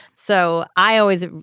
so i always.